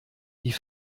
die